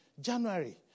January